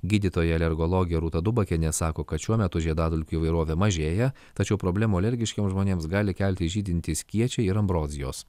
gydytoja alergologė rūta dubakienė sako kad šiuo metu žiedadulkių įvairovė mažėja tačiau problemų alergiškiems žmonėms gali kelti žydintys kiečiai ir ambrozijos